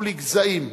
חולקו לגזעים